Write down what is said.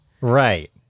Right